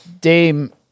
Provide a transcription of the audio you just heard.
Dame